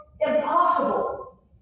impossible